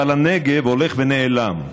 אבל הנגב הולך ונעלם.